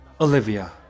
Olivia